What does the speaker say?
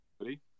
ready